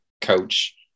coach